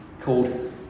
called